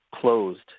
closed